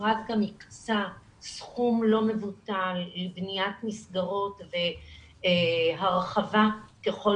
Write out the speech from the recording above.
המשרד גם הקצה סכום לא מבוטל לבניית מסגרות והרחבה ככל